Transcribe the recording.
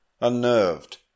Unnerved